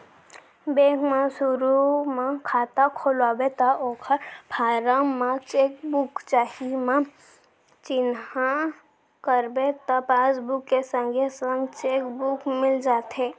bank म सुरू म खाता खोलवाबे त ओकर फारम म चेक बुक चाही म चिन्हा करबे त पासबुक के संगे संग चेक बुक मिल जाथे